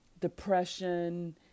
depression